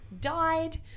died